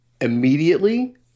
immediately